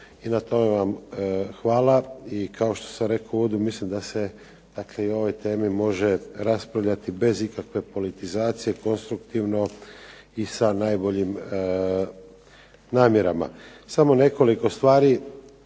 i na tome vam hvala, i kao što sam rekao u uvodu mislim da se dakle i o ovoj temi može raspravljati bez ikakve politizacije, konstruktivno i sa najboljim namjerama. Samo nekoliko stvari.